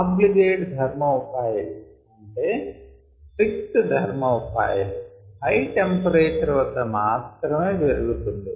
obligate thermophile అంటే strict thermophile high temperature వద్ద మాత్రమే పెరుగుతుంది